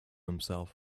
himself